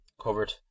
covered